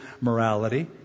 morality